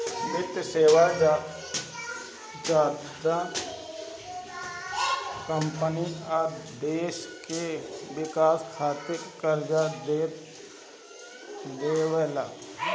वित्तीय सेवा ज्यादा कम्पनी आ देश के विकास खातिर कर्जा देवेला